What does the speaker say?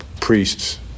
priests